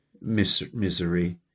misery